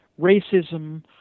racism